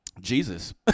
Jesus